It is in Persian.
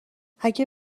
اگه